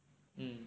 mm